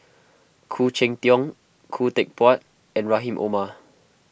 Khoo Cheng Tiong Khoo Teck Puat and Rahim Omar